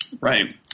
right